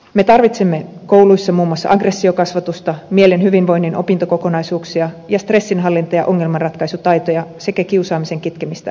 me tarvitsemme kouluissa muun muassa aggressiokasvatusta mielen hyvinvoinnin opintokokonaisuuksia ja stressinhallinta ja ongelmanratkaisutaitoja sekä kasvatukseemme kiusaamisen kitkemistä